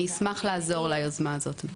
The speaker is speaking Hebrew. אני אשמח לעזור עם היוזמה הזאת,